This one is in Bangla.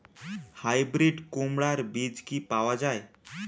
হাইব্রিড কুমড়ার বীজ কি পাওয়া য়ায়?